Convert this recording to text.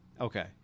Okay